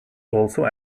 also